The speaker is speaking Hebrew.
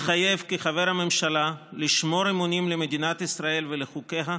מתחייב כחבר הממשלה לשמור אמונים למדינת ישראל ולחוקיה,